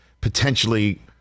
potentially